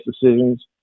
decisions